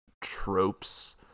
tropes